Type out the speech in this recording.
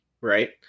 Right